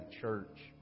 church